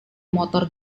motor